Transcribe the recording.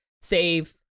save